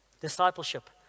discipleship